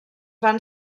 van